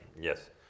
Yes